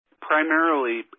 primarily